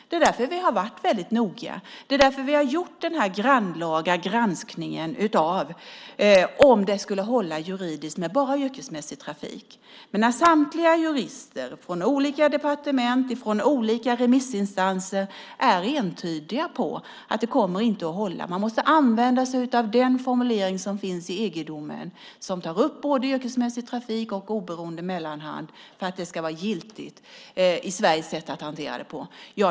Det är därför vi har varit väldigt noggranna. Det är därför vi har gjort den grannlaga granskningen av om det skulle hålla juridiskt med bara yrkesmässig trafik. Men samtliga jurister från olika departement och remissinstanser är entydiga om att det inte kommer att hålla. Man måste använda sig av den formulering som finns i EG-domen, som tar upp både yrkesmässig trafik och oberoende mellanhand, för att det ska vara giltigt i Sveriges sätt att hantera det.